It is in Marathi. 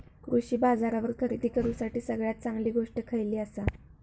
कृषी बाजारावर खरेदी करूसाठी सगळ्यात चांगली गोष्ट खैयली आसा?